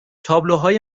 تابلوهای